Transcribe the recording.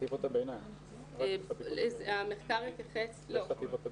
רק בחטיבות הביניים.